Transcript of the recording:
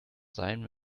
sein